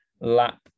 lap